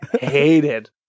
hated